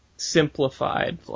simplified